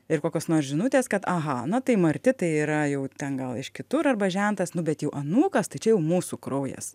ir kokios nors žinutės kad aha na tai marti tai yra jau ten gal iš kitur arba žentas nu bet jau anūkas tai čia jau mūsų kraujas